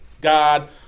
God